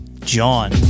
John